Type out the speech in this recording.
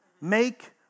Make